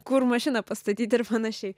kur mašiną pastatyti ir panašiai